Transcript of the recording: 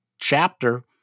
chapter